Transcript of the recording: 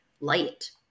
light